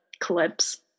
clips